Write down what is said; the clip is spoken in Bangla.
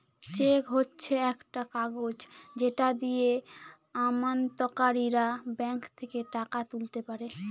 চেক হচ্ছে একটা কাগজ যেটা দিয়ে আমানতকারীরা ব্যাঙ্ক থেকে টাকা তুলতে পারে